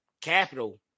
capital